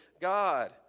God